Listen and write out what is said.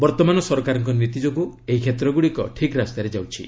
ବର୍ତ୍ତମାନ ସରକାରଙ୍କ ନୀତି ଯୋଗୁଁ ଏହି କ୍ଷେତ୍ରଗୁଡ଼ିକ ଠିକ୍ ରାସ୍ତାରେ ଯାଉଛି